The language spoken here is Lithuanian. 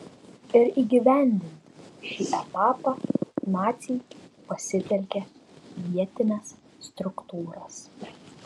ir įgyvendinti šį etapą naciai pasitelkė vietines struktūras